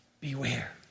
beware